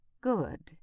Good